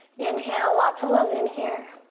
inhale lots of love in here.